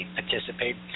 participate